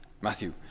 Matthew